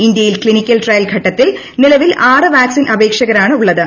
ഇന്ത്യയിൽ clinical trial ഘട്ടത്തിൽ നിലവിൽ ആറ് വാക്സിൻ അപേക്ഷകരാണ് ഉള്ളത്